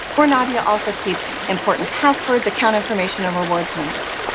where nadia also keeps important passwords, account information, and rewards numbers.